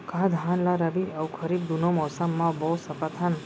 का धान ला रबि अऊ खरीफ दूनो मौसम मा बो सकत हन?